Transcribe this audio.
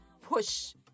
push